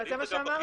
אבל זה מה שאמרתי.